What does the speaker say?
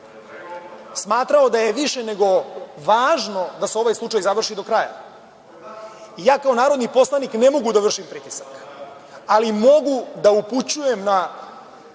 smatrao da je više nego važno da se ovaj slučaj završi do kraja? Ja kao narodni poslanik ne mogu da vršim pritisak, ali mogu da upućujem na